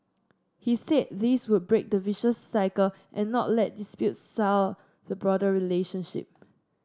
he said this would break the vicious cycle and not let disputes sour the broader relationship